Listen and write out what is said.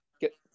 get